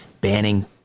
banning